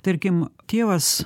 tarkim tėvas